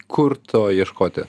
kur to ieškoti